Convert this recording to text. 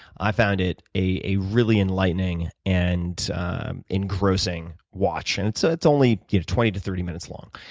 i found it a really enlightening and engrossing watch. and it's so it's only twenty to thirty minutes long.